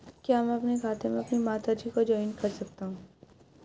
क्या मैं अपने खाते में अपनी माता जी को जॉइंट कर सकता हूँ?